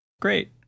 Great